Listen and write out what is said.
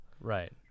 Right